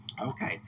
okay